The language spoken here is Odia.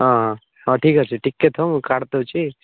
ହଁ ହଁ ଠିକ୍ ଅଛି ଟିକେ ଥାଅ ମୁଁ କାଢି ଦେଉଛି